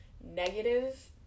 negative